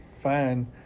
fine